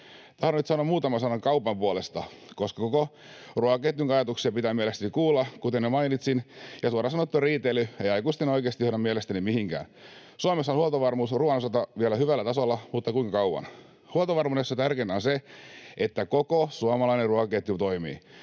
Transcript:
Tahdon nyt sanoa muutaman sanan kaupan puolesta, koska koko ruokaketjun ajatuksia pitää mielestäni kuulla, kuten jo mainitsin, ja suoraan sanottuna riitely ei aikuisten oikeasti johda mielestäni mihinkään. Suomessa on huoltovarmuus ruoan osalta vielä hyvällä tasolla, mutta kuinka kauan? Huoltovarmuudessa tärkeintä on se, että koko suomalainen ruokaketju toimii.